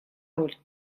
роль